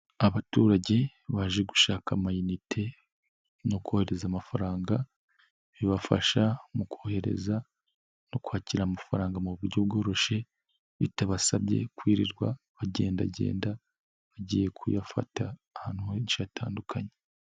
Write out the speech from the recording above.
Abaturage baje gushaka ayinite, no kohereza amafaranga, bibafasha mu kohereza no kwakira amafaranga mu buryo bworoshye, bitabasabye kwirirwa bagendagenda, bagiye kuyafata ahantu henshi hatandukanye.